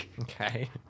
Okay